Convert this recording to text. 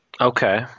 Okay